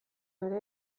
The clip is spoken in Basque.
ere